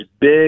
big